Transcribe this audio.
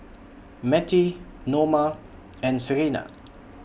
Mettie Noma and Serina